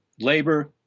labor